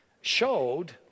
showed